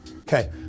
Okay